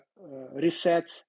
reset